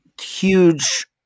huge